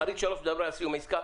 חריג 3 מדבר על סיום עסקה?